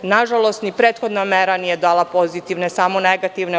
Nažalost, ni prethodna mera nije dala pozitivne samo negativne…